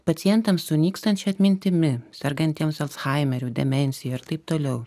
pacientams su nykstančia atmintimi sergantiems alzhaimeriu demencija ir taip toliau